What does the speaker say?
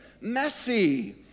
messy